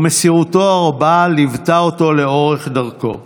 ומסירותו הרבה ליוותה אותו לאורך דרכו.